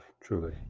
truly